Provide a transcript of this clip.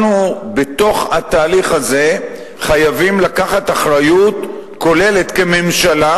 אנחנו בתוך התהליך הזה חייבים לקחת אחריות כוללת כממשלה,